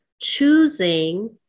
choosing